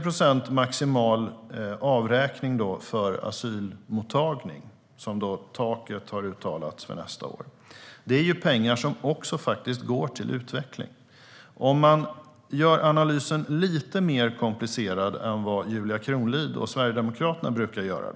Den maximala avräkningen på 30 procent för asylmottagning, som är det tak som har uttalats för nästa år, är pengar som faktiskt också går till utveckling. Man kan göra analysen lite mer komplicerad än vad Julia Kronlid och Sverigedemokraterna brukar göra.